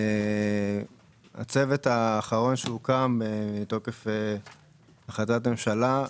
הצוות האחרון שהוקם, מתוקף החלטת ממשלה,